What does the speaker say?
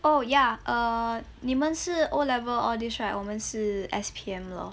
oh ya err 你们是 O level all this right 我们是 S_P_M lor